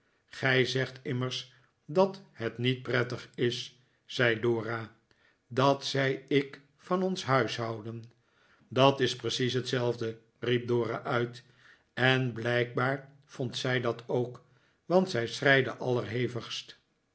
gij zegt immers dat het niet prettig is zei dora dat zei ik van ons huishouden dat is precies hetzelfde riep dora uit en blijkbaar vond zij dat ook want zij